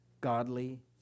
Godly